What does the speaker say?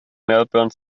melbourne